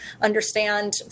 understand